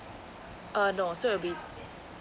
uh no so it will be